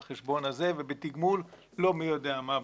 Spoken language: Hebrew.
על חשבון הזה ובתגמול לא מי יודע מה,